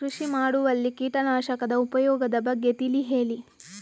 ಕೃಷಿ ಮಾಡುವಲ್ಲಿ ಕೀಟನಾಶಕದ ಉಪಯೋಗದ ಬಗ್ಗೆ ತಿಳಿ ಹೇಳಿ